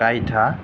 गाइथा